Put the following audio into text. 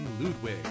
Ludwig